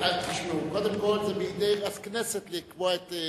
קודם כול, זה בידי הכנסת לקבוע את,